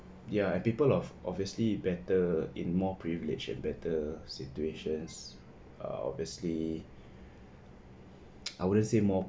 ya and people ob~ obviously better in more privilege and better situations err obviously I wouldn't say more